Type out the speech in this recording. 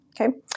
okay